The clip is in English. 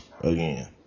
again